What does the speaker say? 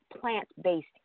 plant-based